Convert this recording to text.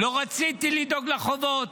לא רציתי לדאוג לחובות,